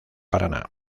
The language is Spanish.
paraná